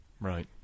Right